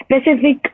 specific